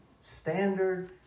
standard